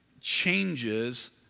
changes